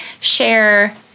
share